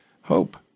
hope